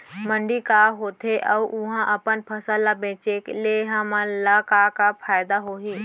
मंडी का होथे अऊ उहा अपन फसल ला बेचे ले हमन ला का फायदा होही?